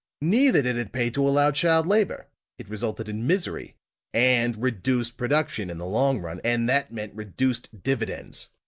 neither did it pay to allow child labor it resulted in misery and reduced production, in the long run, and that meant reduced dividends.